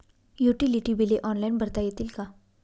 Utility बिले online भरता येतील का?